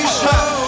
show